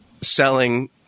selling